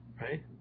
right